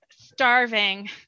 starving